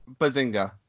Bazinga